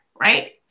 right